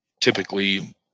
typically